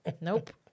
Nope